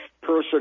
person